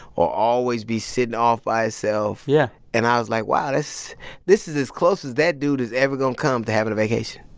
or always be sitting off by himself yeah and i was, like, wow. this this is as close as that dude is ever going to come to having a vacation